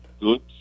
good